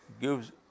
gives